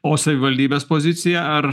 o savivaldybės pozicija ar